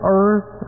earth